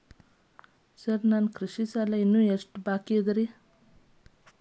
Sir ನನ್ನ ಕೃಷಿ ಸಾಲ ಇನ್ನು ಎಷ್ಟು ಬಾಕಿಯಿದೆ?